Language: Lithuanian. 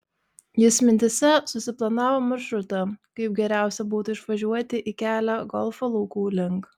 jis mintyse susiplanavo maršrutą kaip geriausia būtų išvažiuoti į kelią golfo laukų link